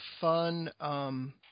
fun –